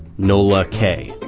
nola kaye.